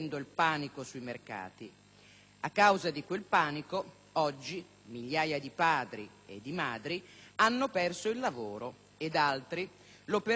A causa di quel panico oggi migliaia di padri e di madri hanno perso il lavoro ed altri lo perderanno nei prossimi mesi.